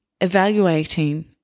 evaluating